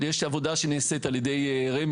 עוד יש עבודה שנעשית על ידי רמ"י